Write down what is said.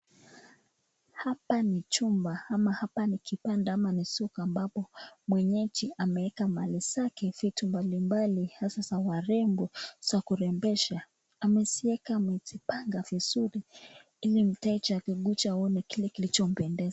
Hapa ni chumba ama hapa ni kipande ama ni soko ambapo mwenyeji ameeka mali zake vitu mbali mbali haswa za warembo za kurembesha. Amezieka amezipanga vizuri ili mteja akikuja aone kilichompendeza.